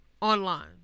online